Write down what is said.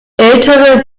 ältere